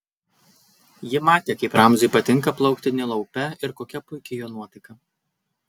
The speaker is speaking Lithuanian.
ji matė kaip ramziui patinka plaukti nilo upe ir kokia puiki jo nuotaika